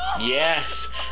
Yes